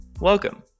Welcome